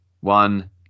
one